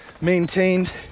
maintained